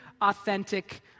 authentic